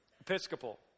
Episcopal